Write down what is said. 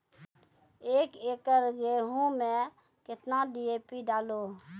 एक एकरऽ गेहूँ मैं कितना डी.ए.पी डालो?